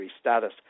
status